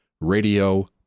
Radio